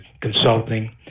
consulting